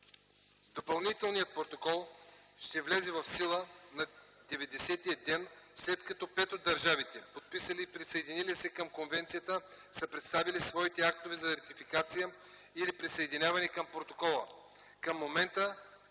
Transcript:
Допълнителният протокол ще влезе в сила на 90-ия ден, след като пет от държавите, подписали и присъединили се към Конвенцията, са представили своите актове за ратификация или присъединяване към Протокола. Към момента